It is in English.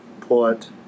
put